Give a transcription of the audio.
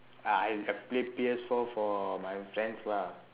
uh I I play P_S four for my friends lah